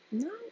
no